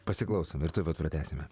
pasiklausom ir tuoj pat pratęsime